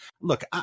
look